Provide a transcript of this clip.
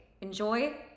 enjoy